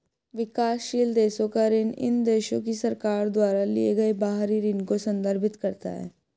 विकासशील देशों का ऋण इन देशों की सरकार द्वारा लिए गए बाहरी ऋण को संदर्भित करता है